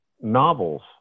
novels